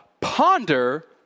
ponder